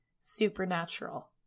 supernatural